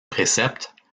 préceptes